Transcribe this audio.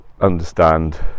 understand